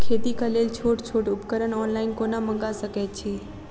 खेतीक लेल छोट छोट उपकरण ऑनलाइन कोना मंगा सकैत छी?